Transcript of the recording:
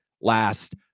last